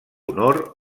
honor